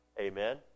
amen